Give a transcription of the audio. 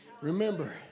Remember